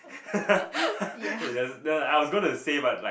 ya